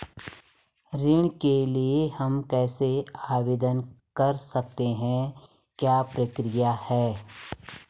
ऋण के लिए हम कैसे आवेदन कर सकते हैं क्या प्रक्रिया है?